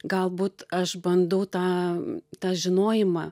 galbūt aš bandau tą tą žinojimą